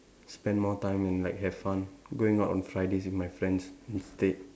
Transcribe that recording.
spend more time and like have fun going out on Fridays with my friends instead